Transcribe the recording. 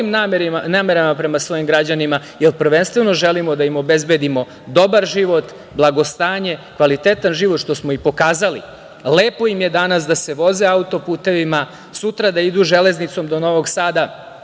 namerama prema svojim građanima, jer prvenstveno želimo da im obezbedimo dobar život, blagostanje, kvalitetan život, što smo i pokazali. Lepo im je danas da se voze autoputevima, sutra da idu železnicom do Novog Sada